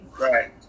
Right